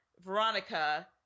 Veronica